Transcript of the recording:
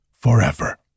forever